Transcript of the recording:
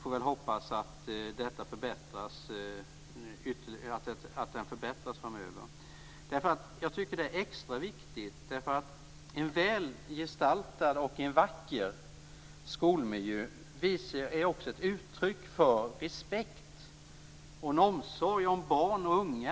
Vi får hoppas att skolmiljön förbättras framöver. Jag tycker att detta är extra viktigt. En väl gestaltad och en vacker skolmiljö är ju också ett uttryck för respekt för och omsorg om barn och unga.